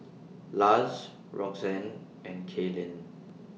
Luz Roxanne and Kaelyn